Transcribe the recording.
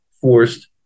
forced